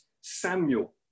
Samuel